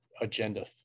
agenda